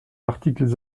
articles